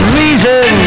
reason